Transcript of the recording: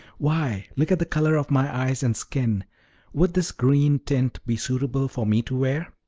why, look at the color of my eyes and skin would this green tint be suitable for me to wear?